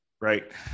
right